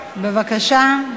בבקשה.